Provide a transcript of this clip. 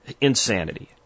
insanity